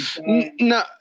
No